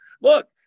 look